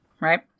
right